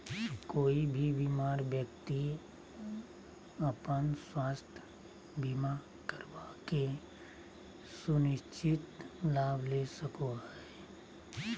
कोय भी बीमार व्यक्ति अपन स्वास्थ्य बीमा करवा के सुनिश्चित लाभ ले सको हय